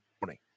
morning